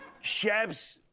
Chefs